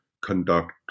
conduct